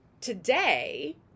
today